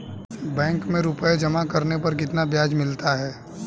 Bank में रुपये जमा करने पर कितना ब्याज मिलता है?